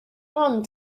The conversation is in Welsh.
ond